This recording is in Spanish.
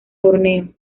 borneo